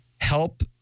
help